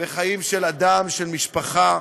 בחיים של אדם, של משפחה.